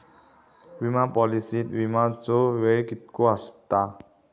विमा पॉलिसीत विमाचो वेळ कीतको आसता?